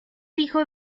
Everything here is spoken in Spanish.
hijo